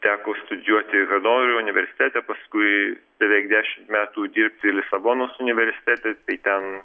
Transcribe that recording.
teko studijuoti hanoverio universitete paskui beveik dešimt metų dirbti lisabonos universitete tai ten